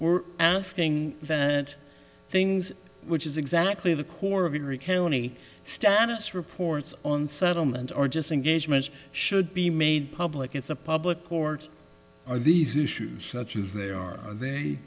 we're asking and things which is exactly the core of erie county status reports on settlement or just engagements should be made public it's a public court are these issues such as they are they